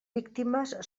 víctimes